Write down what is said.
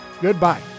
Goodbye